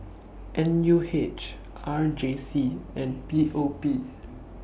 N U H R J C and P O P